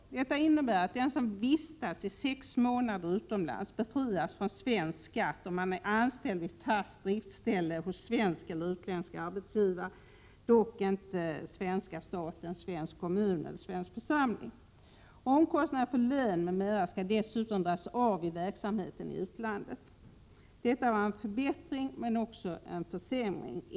Sexmånadersregeln innebär att den som vistas utomlands i sex månader befrias från svensk skatt, om han eller hon är anställd vid fast driftställe hos svensk eller utländsk arbetsgivare — dock inte hos svenska staten, svensk kommun, svensk landstingskommun eller svensk församling. Omkostnaderna för lön m.m. skall dessutom dras av i verksamheten i utlandet. Detta var en förbättring, men också en försämring.